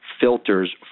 filters